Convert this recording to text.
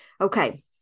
Okay